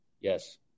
yes